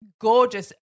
gorgeous